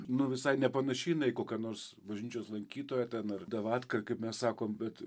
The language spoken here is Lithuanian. nu visai nepanaši jinai į kokia nors bažnyčios lankytoja ten ar davatka kaip mes sakom bet